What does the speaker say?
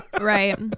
Right